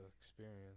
experience